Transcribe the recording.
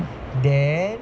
then